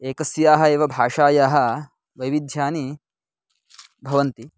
एकस्याः एव भाषायाः वैविध्यानि भवन्ति